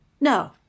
No